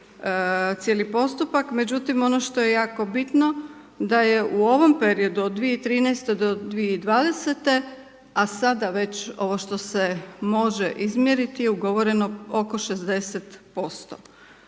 cijeli postupak, međutim ono što je jako bitno da je u ovom periodu od 2013. do 2020., a sada već ovo što se može izmjeriti je ugovoreno oko 60%.